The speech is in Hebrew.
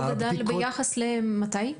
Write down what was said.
לא גדל ביחס למתי?